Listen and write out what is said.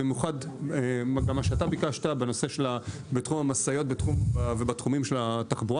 במיוחד מה שאתה ביקשת בנושא של מקור המשאיות ובתחומים של התחבורה